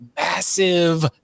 massive